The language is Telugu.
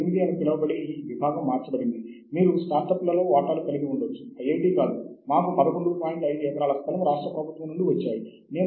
వాటిని పొందాలంటే మీరు వాటిలో సభ్యత్వం ఉండాలి